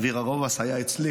דביר ארובס היה אצלי